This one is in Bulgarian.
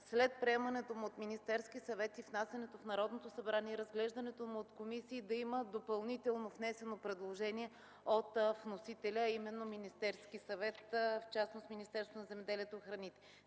След приемането му от Министерския съвет, внасянето му в Народното събрание и разглеждането му от комисии, няма такава процедура да има допълнително внесено предложение от вносителя, а именно от Министерския съвет, в частност Министерството на земеделието и храните.